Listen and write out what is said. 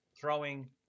throwing